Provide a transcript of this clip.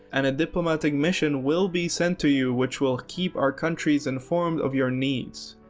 and a diplomatic mission will be sent to you which will keep our countries informed of your needs.